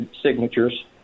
signatures